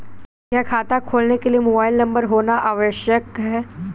क्या खाता खोलने के लिए मोबाइल नंबर होना आवश्यक है?